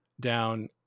down